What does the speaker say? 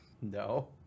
No